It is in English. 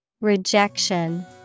Rejection